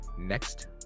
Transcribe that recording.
next